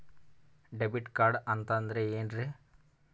Debit card ಅಂತಂದ್ರೆ ಏನ್ರೀ?